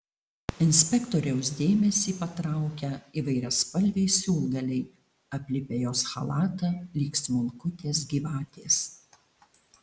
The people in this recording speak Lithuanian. inspektoriaus dėmesį patraukia įvairiaspalviai siūlgaliai aplipę jos chalatą lyg smulkutės gyvatės